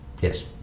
Yes